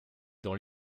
dans